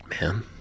man